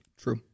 True